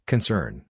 Concern